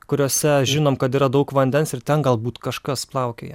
kuriose žinom kad yra daug vandens ir ten galbūt kažkas plaukioja